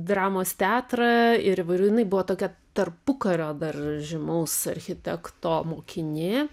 dramos teatrą ir įvairių jinai buvo tokia tarpukario dar žymaus architekto mokinė